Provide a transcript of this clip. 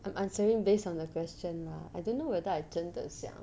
I'm answering based on the question lah I don't know whether I 真的想